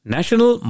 National